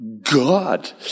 God